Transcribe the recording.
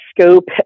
scope